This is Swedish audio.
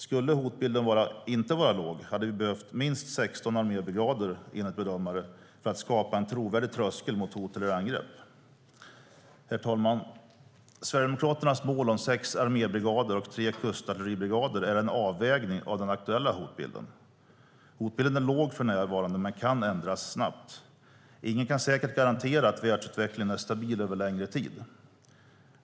Skulle hotbilden inte vara låg hade vi enligt bedömare behövt minst 16 armébrigader för att skapa en trovärdig tröskel mot hot eller angrepp. Herr talman! Sverigedemokraternas mål om sex armébrigader och tre kustartilleribrigader är en avvägning av den aktuella hotbilden. Hotbilden är låg för närvarande men kan ändras snabbt. Ingen kan säkert garantera att världsutvecklingen är stabil över längre tid.